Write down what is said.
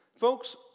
Folks